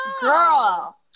girl